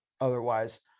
otherwise